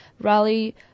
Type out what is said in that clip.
Rally